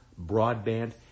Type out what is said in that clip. broadband